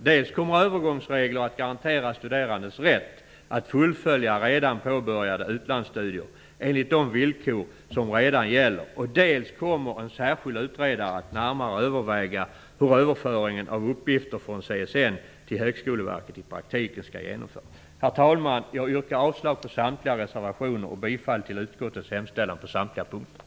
Dels kommer övergångsregler att garantera studerandes rätt att fullfölja redan påbörjade utlandsstudier enligt de villkor som redan gäller, dels kommer en särskild utredare att närmare överväga hur överföringen av uppgifter från CSN till Högskoleverket i praktiken skall genomföras. Herr talman! Jag yrkar avslag på samtliga reservationer och bifall till utskottets hemställan på samtliga punkter.